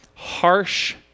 harsh